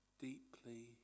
deeply